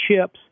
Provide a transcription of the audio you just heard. chips